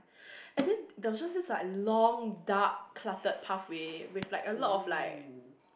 I think there was just this like long dark cluttered pathway with like a lot of like